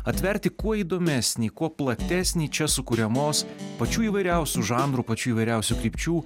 atverti kuo įdomesnį kuo platesnį čia sukuriamos pačių įvairiausių žanrų pačių įvairiausių krypčių